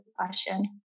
passion